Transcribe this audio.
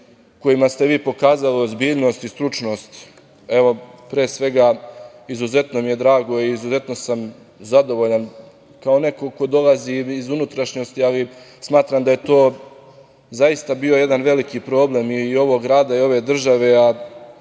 kojima ste vi pokazali ozbiljnost i stručnost. Evo, pre svega, izuzetno mi je drago i izuzetno sam zadovoljan, kao neko ko dolazi iz unutrašnjosti, ali smatram da je to zaista bio jedan veliki problem i ovog grada i ove države, a